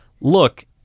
look